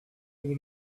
over